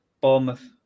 Bournemouth